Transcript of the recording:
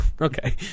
Okay